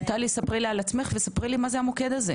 ספרי לי על עצמך ומה זה המוקד.